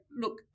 look